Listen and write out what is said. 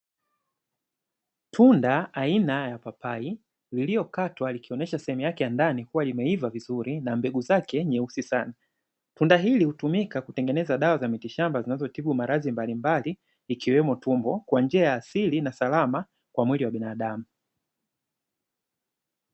Tunda aina ya papai liliyokatwa likionesha sehemu yake ya ndani kuwa limeiva vizuri, na mbegu zake nyeusi sana, tunda hili hutumika kutengeneza dawa za mitishamba zinazitibu maradhi mbalimbali ikiwemo tumbo, kwa njia ya asili na salama kwa ajili ya binadamu.